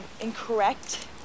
incorrect